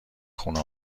خونه